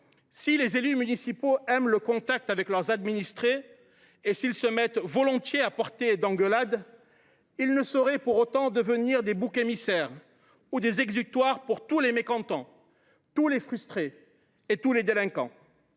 Si les élus municipaux aiment le contact avec leurs administrés et s’ils se mettent volontiers « à portée d’engueulade », ils ne sauraient pour autant devenir des boucs émissaires ou des exutoires pour tous les mécontents, tous les frustrés et tous les délinquants.